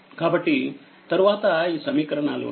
కాబట్టితరువాత ఈ సమీకరణాలు ఉన్నాయి